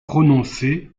prononcés